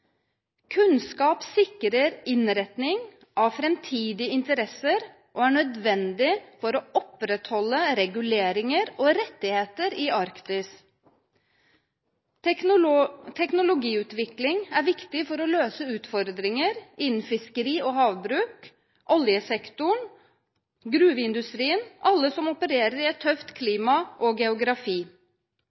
Kunnskap sikrer innretning av framtidige interesser og er nødvendig for å opprettholde reguleringer og rettigheter i Arktis. Teknologiutvikling er viktig for å løse utfordringer innen fiskeri og havbruk, oljesektoren, gruveindustrien – for alle som opererer i et tøft klima og geografi.